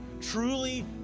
truly